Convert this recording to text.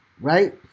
right